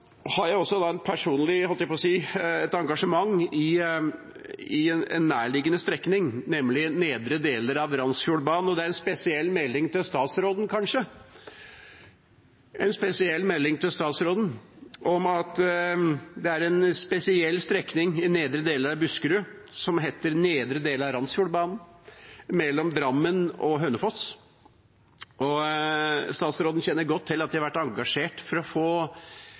Jeg har et personlig engasjement, holdt jeg på å si, i en nærliggende strekning, nemlig nedre deler av Randsfjordbanen. Det er en spesiell melding til statsråden, kanskje, om at det er en spesiell strekning i nedre deler av Buskerud som heter nedre del av Randsfjordbanen, mellom Drammen og Hønefoss. Statsråden kjenner godt til at jeg har vært engasjert for å få